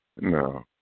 No